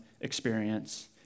experience